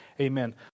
amen